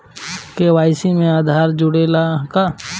KYC में आधार जुड़े ला का?